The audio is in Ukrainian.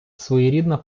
своєрідна